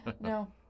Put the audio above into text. No